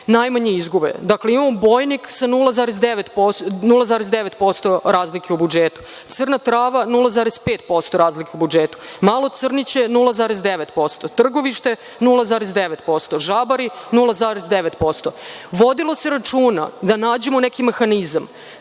najmanje izgube. Imamo Bojnik sa 0,9%, Crna Trava sa 0,5% razlike u budžetu, Malo Crniće 0,9%, Trgovište 0,9%, Žabari 0,9%. Vodilo se računa da nađemo neki mehanizam